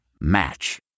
Match